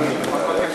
אני מתנצל,